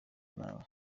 nabi